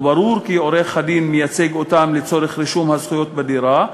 וברור כי עורך-הדין מייצג אותם לצורך רישום הזכויות בדירה,